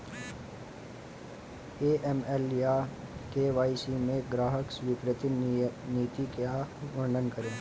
AML या KYC में ग्राहक स्वीकृति नीति का वर्णन करें?